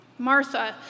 Martha